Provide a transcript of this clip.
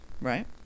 right